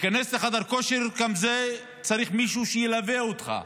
להיכנס לחדר כושר, גם בזה צריך מישהו שילווה אותך,